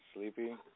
Sleepy